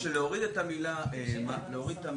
להוריד את המילה "מד"א".